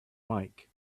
mike